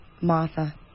Martha